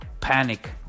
panic